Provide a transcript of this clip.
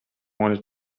wanted